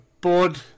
board